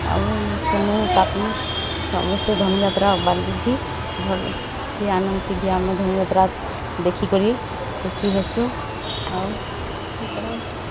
ଆଉ ସେନୁ ସମସ୍ତେ ଧନୁଯାତ୍ରା ବାଲି ଭି ଭଲ୍ ଖୁସ୍ ଥି ଆନନ୍ଦ୍ ଥି ଆମର୍ ଧନୁଯାତ୍ରା ଦେଖିକରି ଖୁସି ହେସୁଁ ଆଉ କାଣା କାଣା